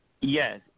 Yes